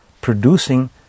producing